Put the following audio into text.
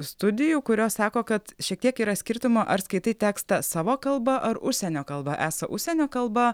studijų kurios sako kad šiek tiek yra skirtumo ar skaitai tekstą savo kalba ar užsienio kalba esą užsienio kalba